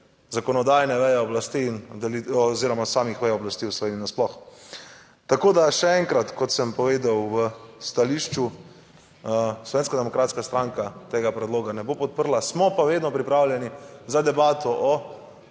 zakonodajne veje oblasti oziroma samih vej oblasti v Sloveniji nasploh. Tako da, še enkrat, kot sem povedal v stališču, Slovenska demokratska stranka tega predloga ne bo podprla. Smo pa vedno pripravljeni za debato o